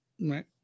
right